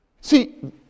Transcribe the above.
See